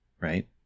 right